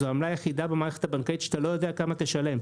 זו עמלה יחידה במערכת הבנקאית שאתה לא יודע כמה תשלם.